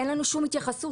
אין לנו שום התייחסות.